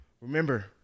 remember